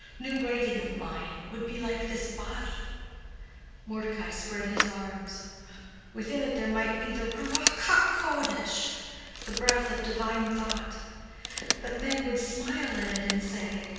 new writing of mine would be like this body mordecai spread his arms within it there might be the ruach-ha-kodesh the breath of divine thought but, men would smile at it and say,